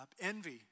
Envy